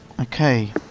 Okay